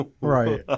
Right